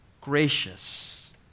gracious